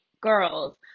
girls